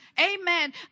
Amen